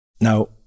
Now